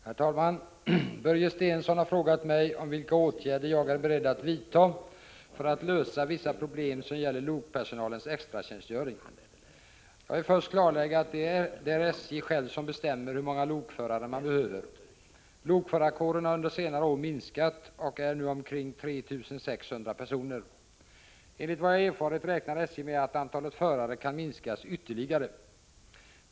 Herr talman! Börje Stensson har frågat mig om vilka åtgärder jag är beredd vidta för att lösa vissa problem som gäller lokpersonalens extratjänstgöring. Jag vill först klarlägga att det är SJ självt som bestämmer hur många lokförare man behöver. Lokförarkåren har under senare år minskat och uppgår nu till omkring 3 600 personer. Enligt vad jag erfarit räknar SJ med att antalet förare kan minskas ytterligare.